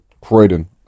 Croydon